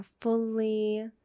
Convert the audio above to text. fully